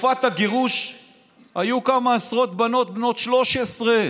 בתקופת הגירוש היו כמה עשרות בנות בנות 13,